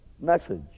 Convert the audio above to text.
message